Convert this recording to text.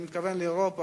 אני מתכוון לאירופה,